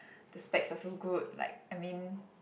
the specs are so good like I mean